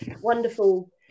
wonderful